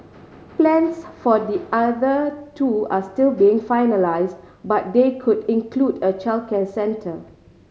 plans for the other two are still being finalised but they could include a childcare centre